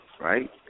right